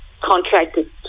contracted